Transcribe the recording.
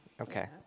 Okay